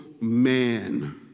man